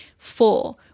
Four